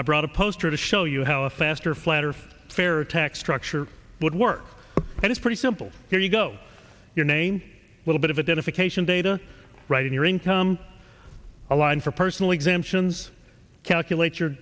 i brought a poster to show you how a faster flatter fair tax structure would work and it's pretty simple here you go your name a little bit of a dedication data right in your income a line for personal exemptions calculate your